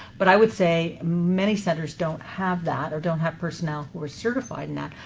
but i would say many centers don't have that or don't have personnel who are certified in that,